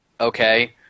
Okay